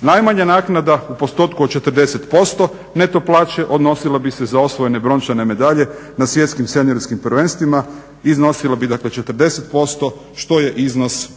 Najmanja naknada u postotku od 40% neto plaće odnosila bi se za osvojene brončane medalje na svjetskim seniorskim prvenstvima iznosila bi dakle 40% što je iznos